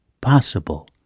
possible